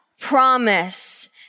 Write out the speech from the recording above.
promise